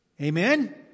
Amen